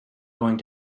going